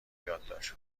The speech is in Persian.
یادداشت